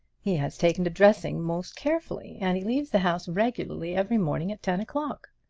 he has taken to dressing most carefully and he leaves the house regularly every morning at ten o'clock.